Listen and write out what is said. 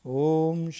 om